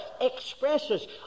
expresses